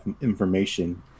information